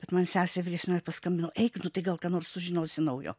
bet man sesė vyresnioji paskambino eik nu tai gal ką nors sužinosi naujo